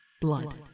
Blood